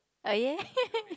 oh yeah